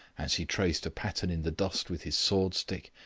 as he traced a pattern in the dust with his sword-stick,